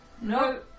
No